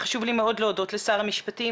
חשוב לי מאוד להודות לשר המשפטים,